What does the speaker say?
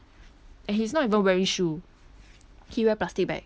and he's not even wearing shoe he wear plastic bag